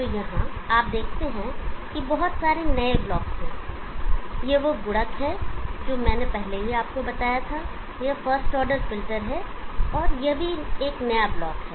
तो यहाँ आप देखते हैं कि बहुत सारे नए ब्लॉक हैं एक वह गुणक है जो मैंने पहले ही आपको बताया था यह फर्स्ट ऑर्डर फ़िल्टर है यह भी नया ब्लॉक है